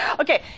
Okay